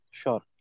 sure